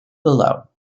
below